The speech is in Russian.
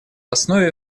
основе